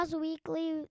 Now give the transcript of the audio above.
weekly